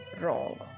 wrong